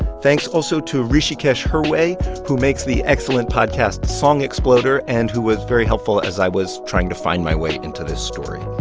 thanks also to hrishikesh hirway who makes the excellent podcast song exploder and who was very helpful as i was trying to find my way into this story.